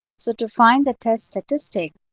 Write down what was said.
so to find the test statistic,